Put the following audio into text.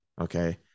Okay